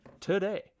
today